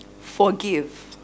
Forgive